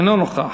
אינו נוכח.